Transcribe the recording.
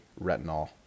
retinol